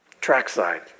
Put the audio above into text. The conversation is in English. Trackside